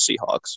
Seahawks